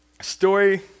story